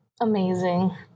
Amazing